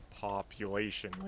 population